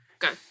Go